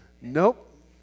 Nope